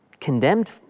condemned